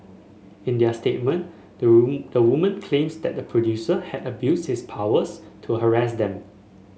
in their statement the the women claims that the producer had abused his powers to harass them